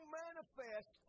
manifest